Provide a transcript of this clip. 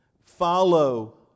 follow